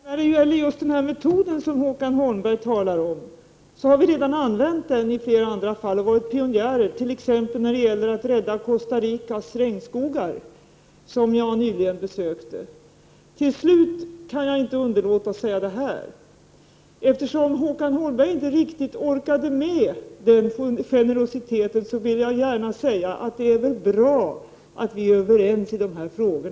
Herr talman! Just den metod som Håkan Holmberg talar om har vi använt i flera andra fall och varit pionjärer, t.ex. för att rädda Costa Ricas regnskogar, vilka jag nyligen besökte. Till slut kan jag inte underlåta att säga att eftersom Håkan Holmberg inte riktigt orkade med att vara generös är det väl bra att vi är överens i dessa frågor.